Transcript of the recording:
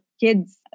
kids